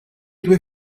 due